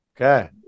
Okay